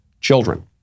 children